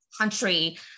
country